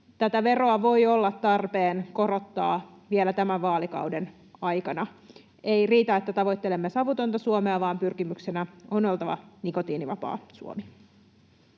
Tätä veroa voi olla tarpeen korottaa vielä tämän vaalikauden aikana. Ei riitä, että tavoittelemme savutonta Suomea, vaan pyrkimyksenä on oltava nikotiinivapaa Suomi.